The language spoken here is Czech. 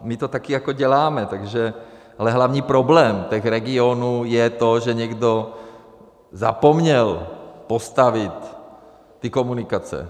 My to také děláme, ale hlavní problém těch regionů je to, že někdo zapomněl postavit ty komunikace.